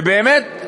ובאמת,